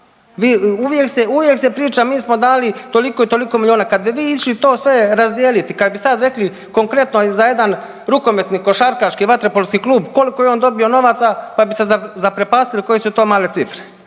uvijek se priča mi smo dali toliko i toliko milijuna, kad bi vi išli to sve razdijeliti kad bi sad rekli konkretno za jedan rukometni, košarkaški, vaterpolski klub koliko je on dobio novaca pa bi se zaprepastili koje su to male cifre.